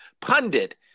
pundit